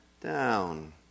down